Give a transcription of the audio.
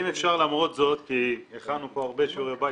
אם אפשר למרות זאת, כי הכנו פה הרבה שיעורי בית.